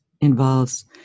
involves